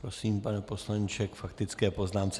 Prosím, pane poslanče, k faktické poznámce.